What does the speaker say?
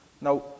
Now